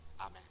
Amen